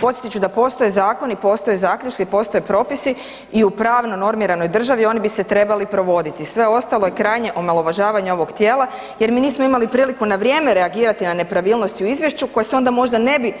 Podsjetit ću da postoje zakoni, postoje zaključci, postoje propisi i u pravno normiranoj državi oni bi se trebali provoditi, sve ostalo je krajnje omalovažavanje ovog tijela jer mi nismo imali priliku na vrijeme reagirati na nepravilnosti u izvješću koje se onda možda ne